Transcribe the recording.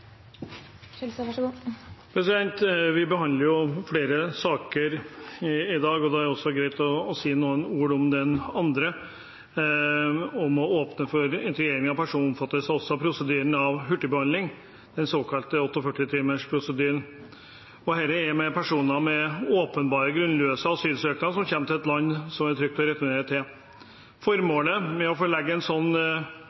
det greit også å si noen ord om den andre saken, om å åpne for internering av personer som omfattes av prosedyren med hurtigbehandling, den såkalte 48-timersprosedyren. Dette gjelder personer med åpenbare grunnløse asylsøknader som returneres til et land som det er trygt å returnere til.